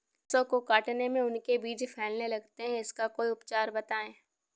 सरसो को काटने में उनके बीज फैलने लगते हैं इसका कोई उपचार बताएं?